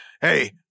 hey